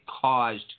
caused